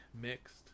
mixed